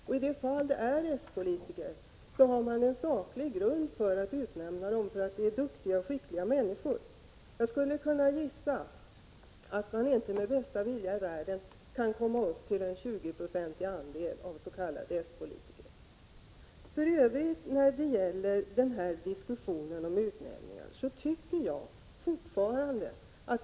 Och i de fall det är s-politiker har man en saklig grund för att utnämna dem: de är duktiga och skickliga människor. Jag skulle kunna gissa att man inte med bästa vilja i världen kan komma upp till en 20-procentig andel av s.k. s-politiker. För övrigt tycker jag att vi skall vänta med diskussionen om utnämningar tills det blir dags för den.